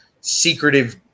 secretive